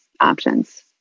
options